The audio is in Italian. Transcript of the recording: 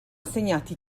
assegnati